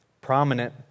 prominent